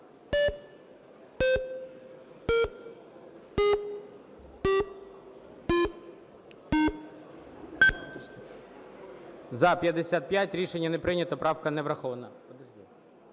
За-58 Рішення не прийнято. Правка не врахована.